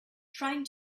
trying